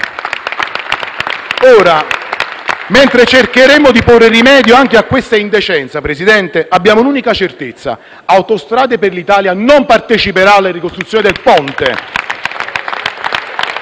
Ora, mentre cercheremo di porre rimedio anche a questa indecenza, Signor Presidente, abbiamo un'unica certezza: la Società autostrade per l'Italia non parteciperà alle ricostruzioni del ponte.